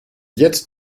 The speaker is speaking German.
jetzt